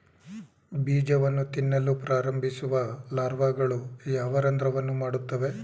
ಬೀಜವನ್ನು ತಿನ್ನಲು ಪ್ರಾರಂಭಿಸುವ ಲಾರ್ವಾಗಳು ಯಾವ ರಂಧ್ರವನ್ನು ಮಾಡುತ್ತವೆ?